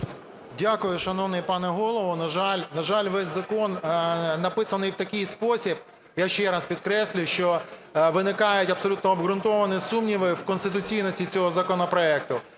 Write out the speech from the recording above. Дякую, шановний пане Голово. На жаль, весь закон написаний в такий спосіб, я ще раз підкреслюю, що виникають абсолютно обґрунтовані сумніви в конституційності цього законопроекту.